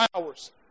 hours